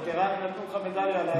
אבל ברהט נתנו לך מדליה על,